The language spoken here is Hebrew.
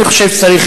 אני חושב שצריך